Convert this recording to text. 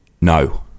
no